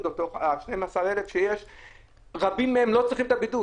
ומתוך ה-12,000 שיש רבים מהם שלא צריכים את הבידוד,